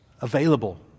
available